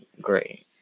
great